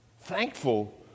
Thankful